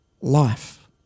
life